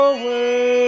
away